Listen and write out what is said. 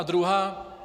Druhá.